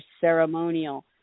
ceremonial